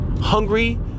hungry